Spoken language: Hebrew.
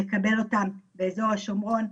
לקבע אותם באזור יהודה ושומרון,